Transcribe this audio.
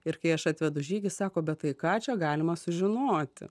ir kai aš atvedu žygį sako bet tai ką čia galima sužinoti